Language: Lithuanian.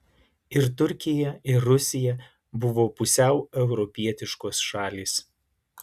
ir turkija ir rusija buvo pusiau europietiškos šalys